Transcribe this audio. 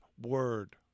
word